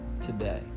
today